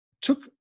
took